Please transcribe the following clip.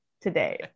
today